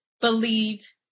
believed